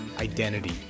identity